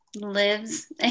lives